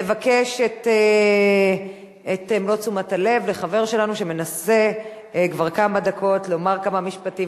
נבקש את מלוא תשומת לחבר שלנו שמנסה כבר כמה דקות לומר כמה משפטים,